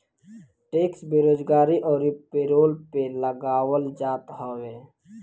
tax बेरोजगारी अउरी payroll पे लगावल जात हवे